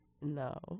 no